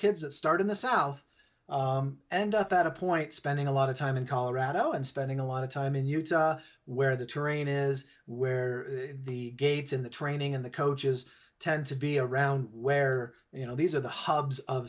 that start in the south end up at a point spending a lot of time in colorado and spending a lot of time in utah where the terrain is where the gates in the training and the coaches tend to be around where you know these are the hubs of